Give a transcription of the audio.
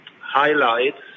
highlights